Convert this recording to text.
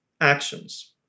actions